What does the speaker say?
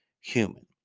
human